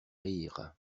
rirent